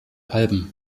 alben